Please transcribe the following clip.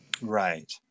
right